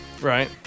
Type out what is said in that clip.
right